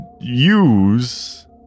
use